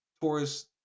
tourist